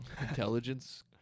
Intelligence